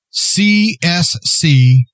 CSC